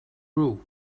all